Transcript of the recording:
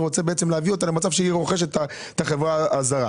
אני רוצה בעצם להביא אותה למצב שהיא רוכשת את החברה הזרה,